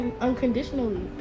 unconditionally